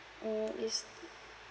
uh is